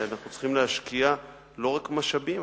ואנחנו צריכים להשקיע לא רק משאבים,